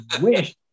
wish